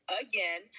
again